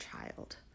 child